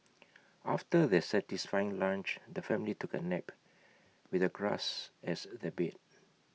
after their satisfying lunch the family took A nap with the grass as their bed